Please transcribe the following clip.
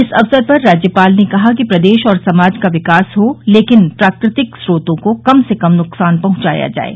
इस अवसर पर राज्यपाल ने कहा कि प्रदेश और समाज का विकास हो लेकिन प्राकृतिक स्रोतों को कम से कम नुकसान पहुंचाया जाये